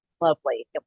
lovely